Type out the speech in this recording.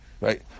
Right